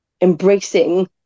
embracing